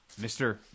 Mr